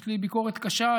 יש לי ביקורת קשה.